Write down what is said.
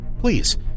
please